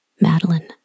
Madeline